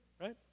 right